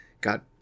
got